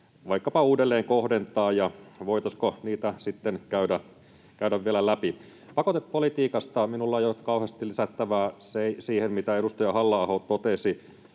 vaikkapa uudelleenkohdentaa, ja voitaisiinko niitä sitten käydä vielä läpi? Pakotepolitiikasta minulla ei ole kauheasti lisättävää siihen, mitä edustaja Halla-aho totesi.